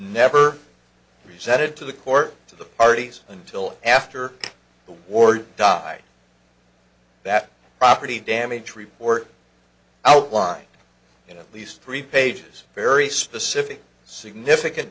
never presented to the court to the parties until after the war died that property damage report outlined in at least three pages very specific significant